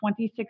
2016